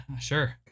sure